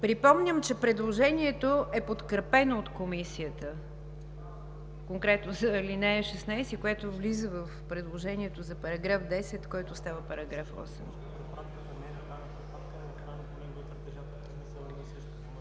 Припомням, че предложението е подкрепено от Комисията – конкретно за ал. 16, което влиза в предложението за § 10, който става § 8.